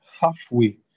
halfway